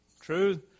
True